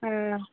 हँ